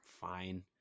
fine